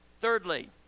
Thirdly